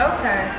Okay